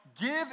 give